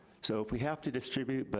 so if we have to distribute, but